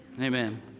Amen